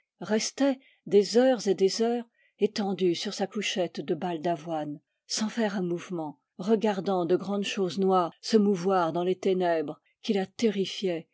restait des heures et des heures étendue sur sa couchette de balle d'avoine sans faire un mouvement regardant de grandes choses noires se mouvoir dans les ténèbres qui la